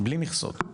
בלי מכסות.